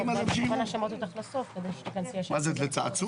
בכוונה שמרתי אותך לסוף כדי שתיכנסי ישר לוועדה.